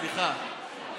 סליחה.